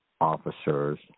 officers